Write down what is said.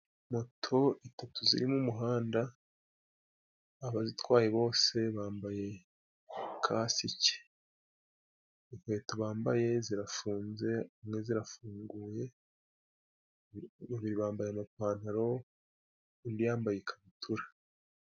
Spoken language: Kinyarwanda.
Moto eshatu ziri mu muhanda abazitwaye bose bambaye kasike . Inkweto bambaye zirafunze , umwe zirafunguye , bambaye amapantaro undi yambaye ikabutura.